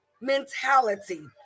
mentality